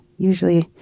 Usually